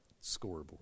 scoreboard